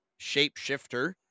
shapeshifter